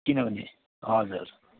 किन भने हजुर